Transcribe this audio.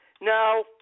Now